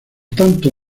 tanto